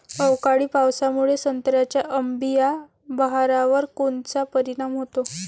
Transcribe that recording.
अवकाळी पावसामुळे संत्र्याच्या अंबीया बहारावर कोनचा परिणाम होतो?